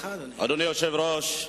אדוני היושב-ראש,